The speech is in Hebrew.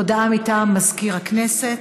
הודעה מטעם מזכיר הכנסת.